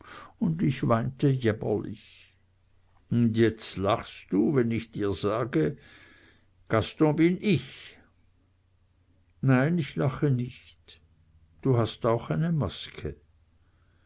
und ich weinte jämmerlich und lachst jetzt wenn ich dir sage gaston bin ich nein ich lache nicht du hast auch eine maske